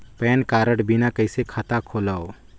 Pan card बिना कइसे खाता खोलव?